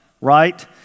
right